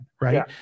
right